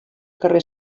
carrer